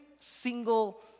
single